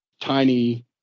tiny